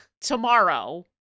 tomorrow